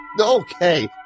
Okay